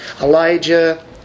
Elijah